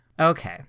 Okay